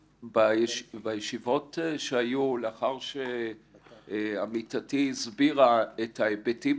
בישיבות שהיו לאחר שעמיתתי הסבירה את ההיבטים